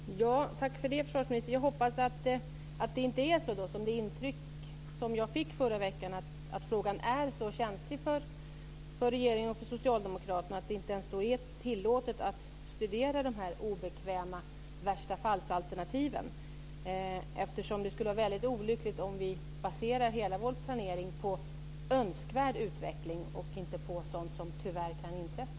Fru talman! Tack för det, försvarsministern. Jag hoppas att det inte är så som jag fick intryck av i förra veckan, att frågan är så känslig för regeringen och socialdemokraterna att det inte ens är tillåtet att studera de obekväma värstafallsalternativen, eftersom det skulle vara olyckligt om vi baserade hela vår planering på önskvärd utveckling och inte på sådant som tyvärr kan inträffa.